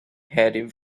heading